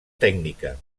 tècnica